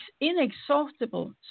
Inexhaustible